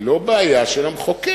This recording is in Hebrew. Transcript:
היא לא בעיה של המחוקק.